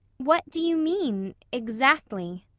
what do you mean exactly?